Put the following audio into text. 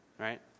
Right